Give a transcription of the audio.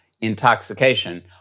intoxication